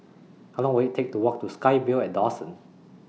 How Long Will IT Take to Walk to SkyVille At Dawson